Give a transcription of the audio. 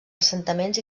assentaments